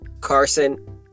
Carson